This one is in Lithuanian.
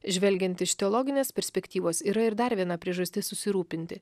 žvelgiant iš teologinės perspektyvos yra ir dar viena priežastis susirūpinti